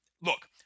look